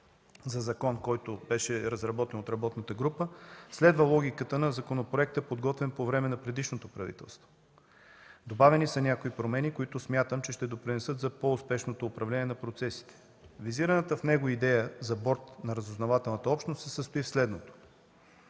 на закон, който беше разработен от работната група, следва логиката на законопроекта, подготвен по време на предишното правителство. Добавени са някои промени, които смятам, че ще допринесат за по-успешното управление на процесите. Визираната в него идея за Борд на разузнавателната общност се състои в следното: